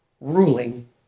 ruling